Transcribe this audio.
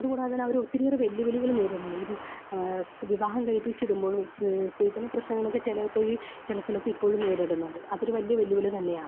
അതുകൂടാതെതന്നെ അവർ ഒത്തിരിയേറെ വെല്ലുവിളികൾ നേരിടുന്നുണ്ട് ഈ വിവാഹം കഴിപ്പിച്ചിടുമ്പോളും സ്ത്രീ സ്ത്രീധന പ്രശ്നങ്ങളൊക്കെ ചിലപ്പോൾ ഈ ചില സ്ഥലത്ത് ഇപ്പോഴും നേരിടുന്നുണ്ട് അതൊരു വലിയ വെല്ലുവിളി തന്നെയാണ്